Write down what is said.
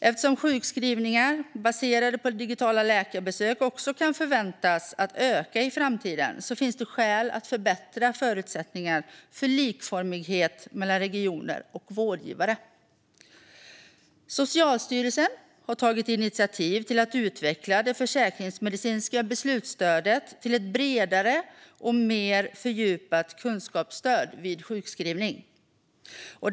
Eftersom sjukskrivningar baserade på digitala läkarbesök också kan förväntas öka i framtiden finns det skäl att förbättra förutsättningarna för likformighet mellan regioner och vårdgivare. Socialstyrelsen har tagit initiativ till att utveckla det försäkringsmedicinska beslutsstödet till ett bredare och mer fördjupat kunskapsstöd vid sjukskrivning.